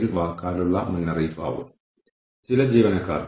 leave എടുക്കുന്നത് വളരെ ബുദ്ധിമുട്ടാണ് ഇത് വേദനാജനകമാണ്